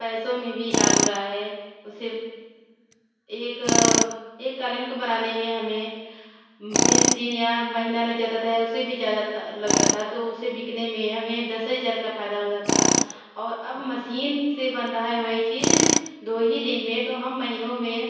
पैसों में भी लाभ हो रहा है उसे एक एक क़ालीन को बनाने में हमें बीस दिन या महीना लग जाता था या उससे भी ज़्यादा लगता था तो उसे बिकने में हमें दस हज़ार का फ़ायदा होता था और अब मसीन से बन रही है वही चीज़ दो ही दिन में तो हम महीनों में